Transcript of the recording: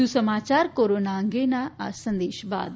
વધુ સમાચાર કોરોના અંગેના આ સંદેશ બાદ